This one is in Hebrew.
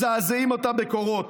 ומזעזעים אותה בקורות.